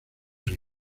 río